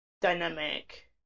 dynamic